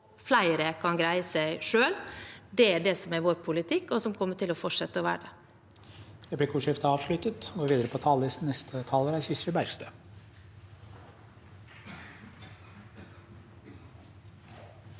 flere kan greie seg selv. Det er det som er vår politikk, og som kommer til å fortsette å være det.